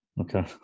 Okay